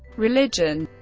religion